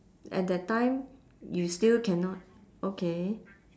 at that time you still cannot okay